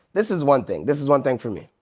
this is one thing, this is one thing from me.